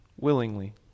willingly